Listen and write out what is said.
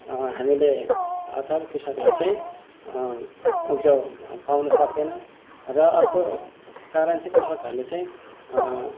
हामीले अथवा कृषकहरूले चाहिँ उब्जाउ पाउन सक्दैनन् र अर्को कारण चाहिँ कृषकहरूले चाहिँ